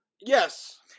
Yes